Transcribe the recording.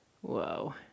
Whoa